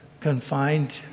confined